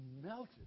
melted